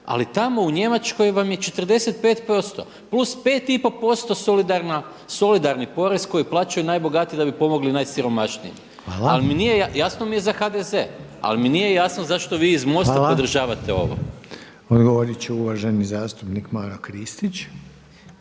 ali tamo u Njemačkoj vam je 45% plus 5,5% solidarni porez koji plaćaju najbogatiji da bi pomogli najsiromašnijima. Ali mi nije, jasno mi je za HDZ, ali mi nije jasno zašto vi iz MOST-a podržavate ovo. **Reiner, Željko (HDZ)** Hvala. Odgovoriti će uvaženi zastupnik Maro Kristić.